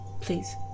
please